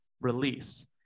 release